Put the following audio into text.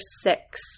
six